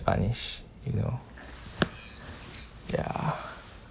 punished you know ya